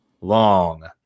long